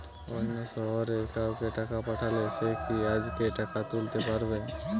অন্য শহরের কাউকে টাকা পাঠালে সে কি আজকেই টাকা তুলতে পারবে?